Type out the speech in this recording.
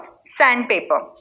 sandpaper